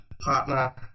partner